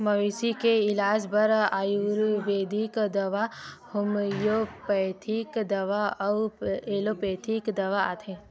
मवेशी के इलाज बर आयुरबेदिक दवा, होम्योपैथिक दवा अउ एलोपैथिक दवा आथे